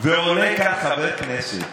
ועולה כאן חבר כנסת